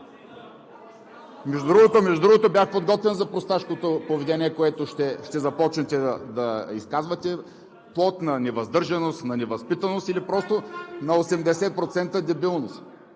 Между другото, бях подготвен за просташкото поведение, което ще започнете да изказвате, плод на невъздържаност, на невъзпитаност или просто на 80% дебилност.